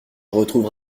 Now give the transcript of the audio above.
retrouve